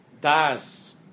das